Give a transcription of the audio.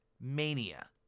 Mania